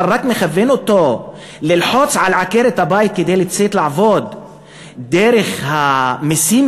אבל רק מכוון אותו ללחוץ על עקרת-הבית לצאת לעבוד דרך יותר